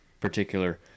particular